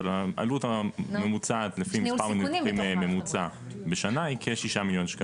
אבל העלות הממוצעת לפי מספר ניתוחים ממוצע בשנה היא כ-6 מיליון שקלים.